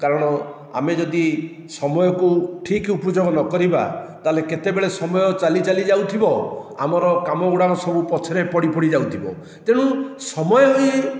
କାରଣ ଆମେ ଯଦି ସମୟକୁ ଠିକ୍ ଉପଯୋଗ ନକରିବା ତାହାଲେ କେତେବେଳେ ସମୟ ଚାଲି ଚାଲି ଯାଉଥିବ ଆମର କାମ ଗୁଡ଼ାକ ସବୁ ପଛରେ ପଡ଼ି ପଡ଼ି ଯାଉଥିବ ତେଣୁ ସମୟ ହିଁ